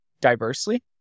diversely